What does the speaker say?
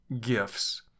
gifts